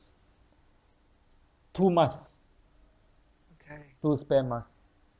two masks two spare masks